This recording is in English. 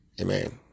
amen